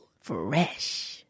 Fresh